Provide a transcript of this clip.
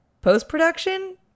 post-production